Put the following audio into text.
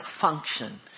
function